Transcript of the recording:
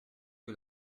que